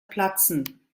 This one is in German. platzen